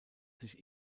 sich